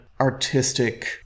artistic